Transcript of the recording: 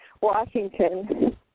Washington